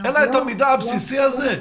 אין לה את המידע הבסיסי הזה?